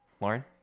Lauren